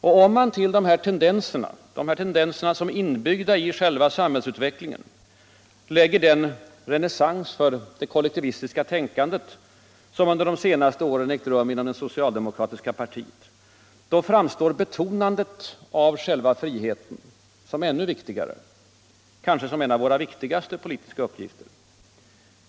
Och om man till dessa tendenser, som är inbyggda i själva samhällsutvecklingen, lägger den renässans för det kollektivistiska tänkande som under senare år ägt rum inom det socialdemokratiska partiet, då framstår betonandet av friheten som ännu viktigare, kanske som en av våra viktigaste politiska uppgifter.